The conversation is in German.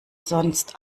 sonst